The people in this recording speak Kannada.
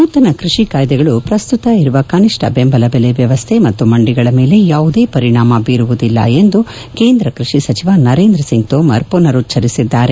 ನೂತನ ಕೃಷಿ ಕಾಯ್ದೆಗಳು ಪ್ರಸ್ತುತ ಇರುವ ಕನಿಷ್ಠ ಬೆಂಬಲ ಬೆಲೆ ವ್ಯವಸ್ಥೆ ಮತ್ತು ಮಂಡಿಗಳ ಮೇಲೆ ಯಾವುದೇ ಪರಿಣಾಮ ಬೀರುವುದಿಲ್ಲ ಎಂದು ಕೇಂದ್ರ ಕೃಷಿ ಸಚಿವ ನರೇಂದ್ರ ಸಿಂಗ್ ತೋಮರ್ ಪುನರುಚ್ಚರಿಸಿದ್ದಾರೆ